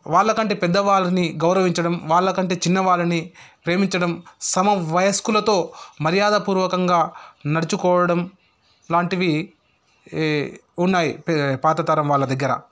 వాళ్లకంటే పెద్దవాళ్ళని గౌరవించడం వాళ్లకంటే చిన్న వాళ్ళని ప్రేమించడం సమ వయస్కులతో మర్యాదపూర్వకంగా నడుచుకోవడం లాంటివి ఈ ఉన్నాయి ఈ పాత తరం వాళ్ళ దగ్గర